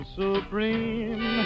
supreme